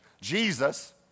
Jesus